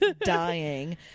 dying